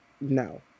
no